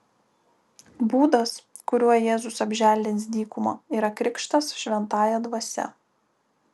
būdas kuriuo jėzus apželdins dykumą yra krikštas šventąja dvasia